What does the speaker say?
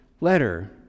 letter